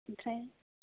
ओमफ्राय